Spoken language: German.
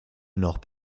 noch